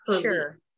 Sure